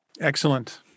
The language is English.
Excellent